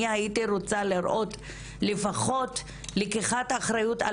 אני הייתי רוצה לראות לפחות לקיחת אחריות על